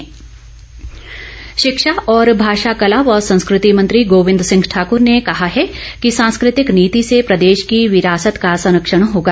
गोविंद शिक्षा और भाषा कला व संस्कृति मंत्री गोविंद सिंह ठाकुर ने कहा है कि सांस्कृतिक नीति से प्रदेश की विरासत का संरक्षण होगा